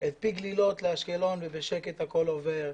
את פי גלילות לאשקלון ובשקט הכול עובר.